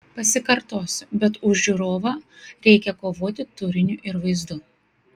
pasikartosiu bet už žiūrovą reikia kovoti turiniu ir vaizdu